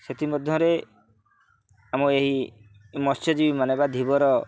ସେଥିମଧ୍ୟରେ ଆମ ଏହି ମତ୍ସ୍ୟଜୀବୀମାନେ ବା ଧୀବର